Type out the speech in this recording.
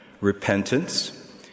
repentance